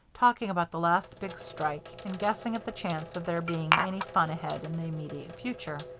talking about the last big strike and guessing at the chance of there being any fun ahead in the immediate future.